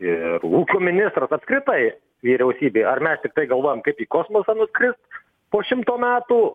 ir ūkio ministras apskritai vyriausybė ar mes tiktai galvojam kaip į kosmosą nukrist po šimto metų